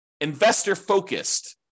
investor-focused